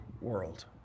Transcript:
world